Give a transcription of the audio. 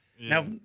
Now